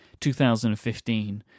2015